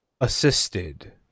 assisted